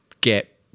get